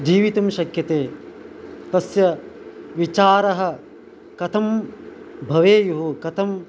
जीवितुं शक्यते तस्य विचारः कथं भवेयुः कथं